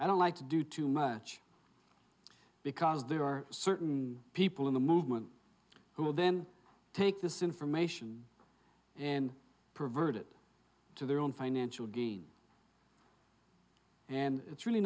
i don't like to do too much because there are certain people in the movement who then take this information and pervert it to their own financial gain and it's really